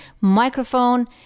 microphone